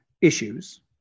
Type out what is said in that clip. issues